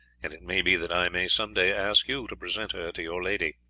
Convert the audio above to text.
and it may be that i may some day ask you to present her to your lady.